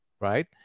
right